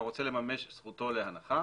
הרוצה לממש את זכותו להנחה,